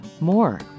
more